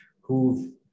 who've